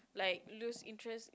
like lose interest in